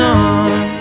on